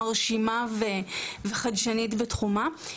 מרשימה וחדשנית בתחומה.